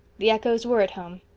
the echoes were at home,